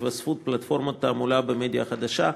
התווספות פלטפורמות תעמולה במדיה החדשה,